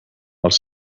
els